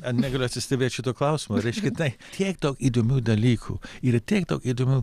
negaliu atsistebėt šituo klausimu reiškia tai tiek daug įdomių dalykų ir tiek daug įdomių